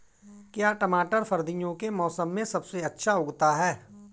क्या टमाटर सर्दियों के मौसम में सबसे अच्छा उगता है?